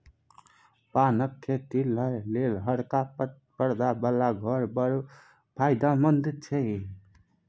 पानक खेती लेल हरका परदा बला घर बड़ फायदामंद छै